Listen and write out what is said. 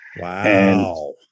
Wow